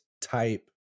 type